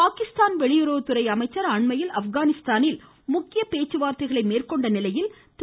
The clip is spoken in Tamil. பாகிஸ்தான் வெளியுறவுத்துறை அமைச்சர் அண்மையில் ஆப்கானிஸ்தானில் முக்கிய பேச்சுவார்தைகளை மேற்கொண்ட நிலையில் திரு